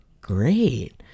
great